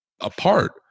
apart